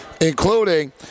including